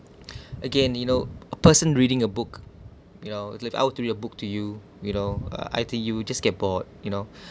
again you know person reading a book you know leave out through your book to you you know uh either you just get bored you know